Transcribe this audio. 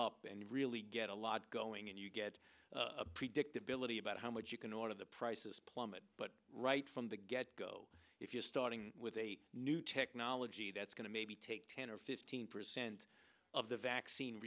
up and really get a lot going and you get a predictability about how much you can order the prices plummet but right from the get go if you're starting with a new technology that's going to maybe take ten or fifteen percent of the vaccine